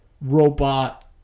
...robot